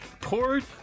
Port